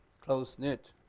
close-knit